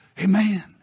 Amen